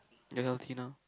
you're healthy now